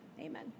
Amen